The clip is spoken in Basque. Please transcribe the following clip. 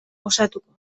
osatuko